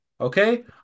okay